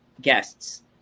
guests